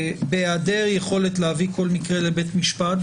בהיעדר יכולת להביא כל מקרה לבית משפט,